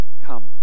Come